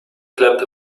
klemmt